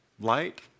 light